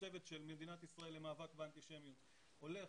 הצוות של מדינת ישראל למאבק באנטישמיות הולך